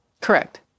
Correct